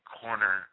corner